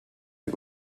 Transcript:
die